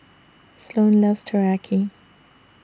Sloane loves Teriyaki